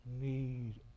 need